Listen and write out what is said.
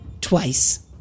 twice